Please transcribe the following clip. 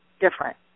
different